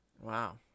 Wow